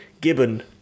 Gibbon